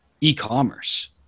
e-commerce